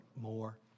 more